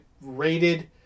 rated